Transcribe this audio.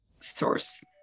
source